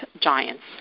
giants